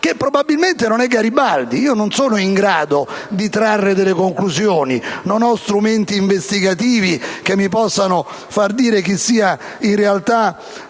che probabilmente non è Garibaldi. Non sono in grado di trarre conclusioni, non ho strumenti investigativi che mi possano far dire chi sia in realtà